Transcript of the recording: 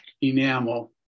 enamel